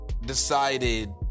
decided